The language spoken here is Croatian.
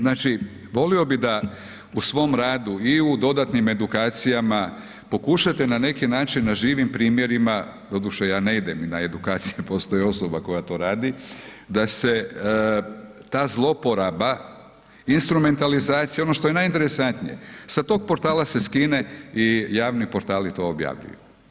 Znači volio bih da u svom radu i u dodatnim edukacijama pokušate na neki način na živim primjerima, doduše ja ne idem ni na edukacije postoji osoba koja to radi da se ta zlouporaba instrumentalizacije, ono što je najinteresantnije, sa tog portala se skine i javni portali to objavljuju.